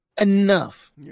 enough